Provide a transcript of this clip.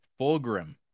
Fulgrim